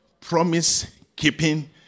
promise-keeping